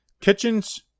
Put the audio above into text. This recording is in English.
Kitchens